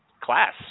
class